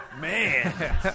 man